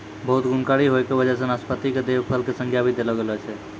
बहुत गुणकारी होय के वजह सॅ नाशपाती कॅ देव फल के संज्ञा भी देलो गेलो छै